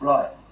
Right